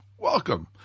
Welcome